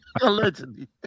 Allegedly